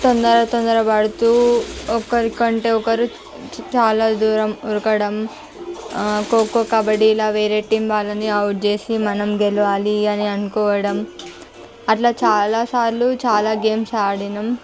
తొందర తొందర పడుతు ఒక్కరి కంటే ఒకరు చాలా దూరం ఉరకడం ఖోఖో కబడ్డీ ఇలా వేరే టీమ్ వాళ్ళని అవుట్ చేసి మనం గెలవాలి అని అనుకోవడం అట్లా చాలా సార్లు చాలా గేమ్స్ ఆడినాం